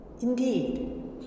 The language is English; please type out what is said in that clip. Indeed